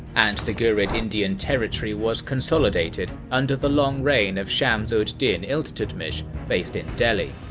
and the ghurid indian territory was consolidated under the long reign of shams-ud-din iltutmish, based in delhi.